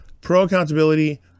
Pro-accountability